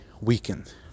weakened